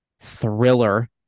thriller